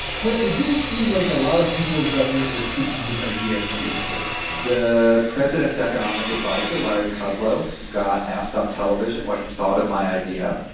but it didn't seem like a lot of people in government were taking his idea seriously the president's economic adviser, larry kudlow, got asked on television what he thought of my idea.